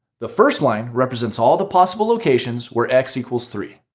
the first line represents all the possible locations where x equals three.